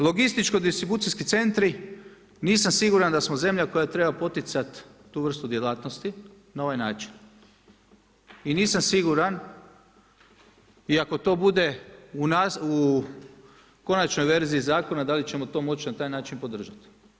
Logističko-distribucijski centri, nisam siguran da smo zemlja koja treba poticat tu vrstu djelatnosti na ovaj način i nisam siguran i ako to bude u konačnoj verziji zakona da li ćemo to moći na taj način podržati.